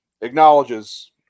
acknowledges